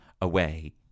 Away